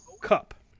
Cup